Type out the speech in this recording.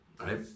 right